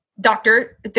doctor